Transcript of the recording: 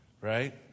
right